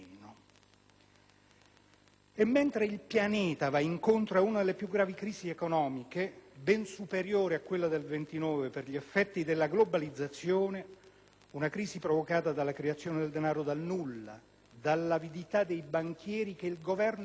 E mentre il pianeta va incontro ad una delle più gravi crisi economiche, ben superiore a quella del 1929 per gli effetti della globalizzazione (una crisi provocata dalla creazione del denaro dal nulla, dall'avidità dei banchieri che il Governo salva,